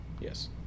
Yes